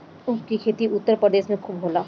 ऊख के खेती उत्तर प्रदेश में खूब होला